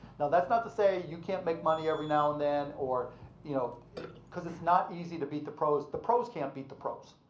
now that's not to say you can't make money every now and then you know cause it's not easy to beat the pros. the pros can't beat the pros.